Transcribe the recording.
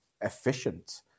efficient